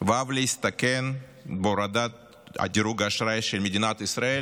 ואף להסתכן בהורדת דירוג האשראי של מדינת ישראל,